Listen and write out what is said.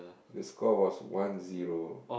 the score was one zero